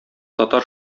татар